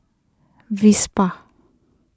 Vespa